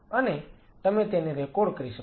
અને તમે તેને રેકોર્ડ કરી શકો છો